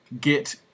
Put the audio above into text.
get